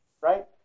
Right